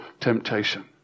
temptation